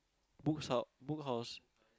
books ah Book House